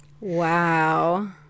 Wow